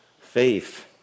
faith